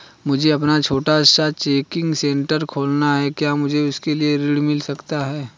मुझे अपना छोटा सा कोचिंग सेंटर खोलना है क्या मुझे उसके लिए ऋण मिल सकता है?